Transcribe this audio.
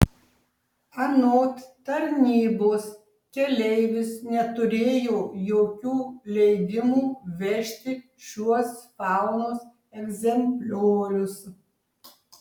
anot tarnybos keleivis neturėjo jokių leidimų vežti šiuos faunos egzempliorius